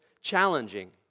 challenging